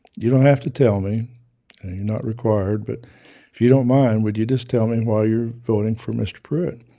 you don't have to tell me and you're not required, but if you don't mind, would you just tell me why you're voting for mr. pruitt?